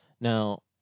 Now